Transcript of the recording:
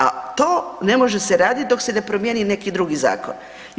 A to ne može se raditi dok se ne promijeni neki drugi zakon.